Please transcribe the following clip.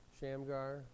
Shamgar